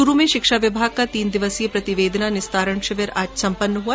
च्रू में शिक्षा विभाग का तीन दिवसीय प्रतिवेदना निस्तारण शिविर आज संपन्न हुआ